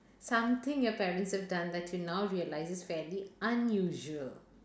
something your parents have done that you now realise is fairly unusual